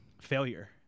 failure